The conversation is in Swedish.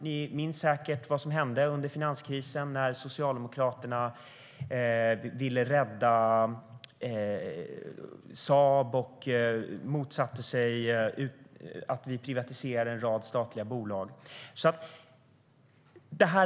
Ni minns säkert vad som hände under finanskrisen, när Socialdemokraterna ville rädda Saab och motsatte sig att vi privatiserade en rad statliga bolag.